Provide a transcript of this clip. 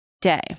day